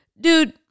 dude